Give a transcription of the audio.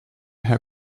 herr